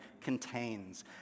contains